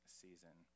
season